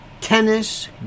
tennis